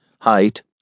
height